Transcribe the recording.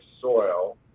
soil